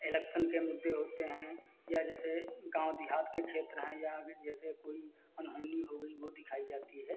election के मुद्दे होते हैं या जैसे गाँव देहात के क्षेत्र हैं या अगर जैसे कोई अनहोनी हो गई वह दिखाई जाती है